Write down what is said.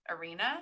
arena